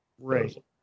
Right